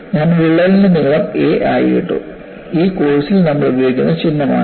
ഞാൻ വിള്ളലിന്റെ നീളം a ആയി ഇട്ടു ഈ കോഴ്സിൽ നമ്മൾ ഉപയോഗിക്കുന്ന ചിഹ്നമാണിത്